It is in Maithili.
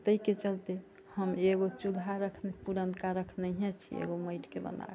ताहिके चलते हम एगो चूल्हा अखन पुरनका रखनैहैं छी एगो माटिके बनाकऽ